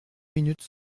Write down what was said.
minutes